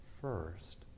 first